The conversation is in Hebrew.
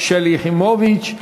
שלי יחימוביץ.